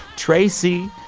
tracey,